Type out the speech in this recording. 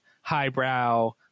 highbrow